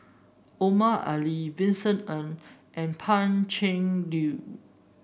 Omar Ali Vincent Ng and Pan Cheng Lui